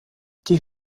die